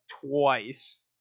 twice